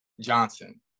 Johnson